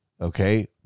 okay